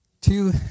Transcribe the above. Two